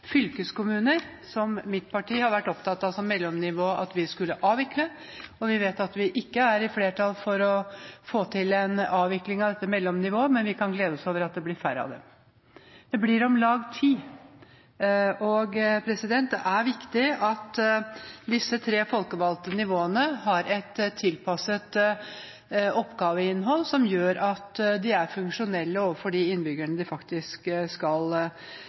fylkeskommuner, et mellomnivå som mitt parti har vært opptatt av at vi skulle avvikle. Vi vet det ikke er flertall for å få til en avvikling av dette mellomnivået, men vi kan glede oss over at det blir færre av dem. Det blir om lag ti. Og det er viktig at disse tre folkevalgte nivåene har et tilpasset oppgaveinnhold som gjør at de er funksjonelle overfor de innbyggerne de faktisk skal